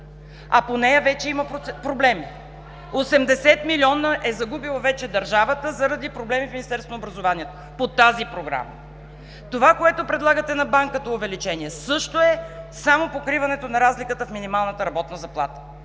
По нея вече има проблеми – държавата е загубила вече 80 милиона заради проблеми в Министерството на образованието по тази програма. Това увеличение, което предлагате на банката, също е само покриването на разликата в минималната работна заплата.